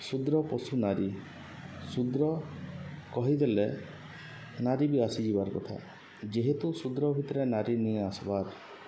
ଶୂଦ୍ର ପଶୁ ନାରୀ ଶୂଦ୍ର କହିଦେଲେ ନାରୀ ବି ଆସିଯିବାର୍ କଥା ଯେହେତୁ ଶୂଦ୍ର ଭିତ୍ରେ ନାରୀ ନେଇ ଆସ୍ବାର୍